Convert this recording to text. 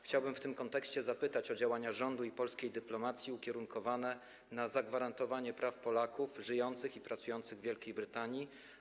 Chciałbym w tym kontekście zapytać o działania rządu i polskiej dyplomacji ukierunkowane na zagwarantowanie praw Polaków żyjących i pracujących w Wielkiej Brytanii.